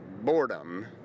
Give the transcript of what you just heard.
Boredom